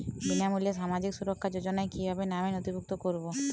বিনামূল্যে সামাজিক সুরক্ষা যোজনায় কিভাবে নামে নথিভুক্ত করবো?